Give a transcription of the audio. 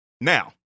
Now